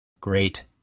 Great